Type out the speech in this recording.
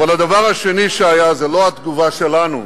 אבל הדבר השני שהיה זו לא התגובה שלנו.